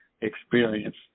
experience